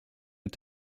mit